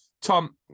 Tom